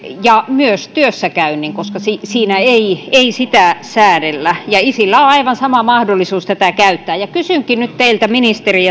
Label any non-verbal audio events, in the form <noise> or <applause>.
ja myös työssäkäynnin koska siinä ei ei sitä säädellä ja isillä on aivan sama mahdollisuus tätä käyttää kysynkin nyt teiltä ministeri <unintelligible>